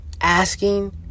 asking